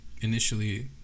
initially